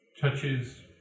touches